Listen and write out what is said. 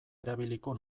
erabiliko